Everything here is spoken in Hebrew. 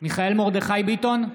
מיכאל מרדכי ביטון,